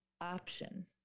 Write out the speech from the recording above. option